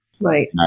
Right